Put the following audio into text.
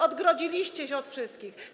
Odgrodziliście się od wszystkich.